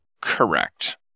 correct